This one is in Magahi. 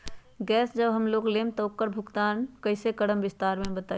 गैस जब हम लोग लेम त उकर भुगतान कइसे करम विस्तार मे बताई?